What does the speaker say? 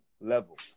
level